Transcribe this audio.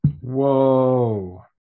Whoa